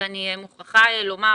מוכרחה לומר